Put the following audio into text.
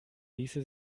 ließe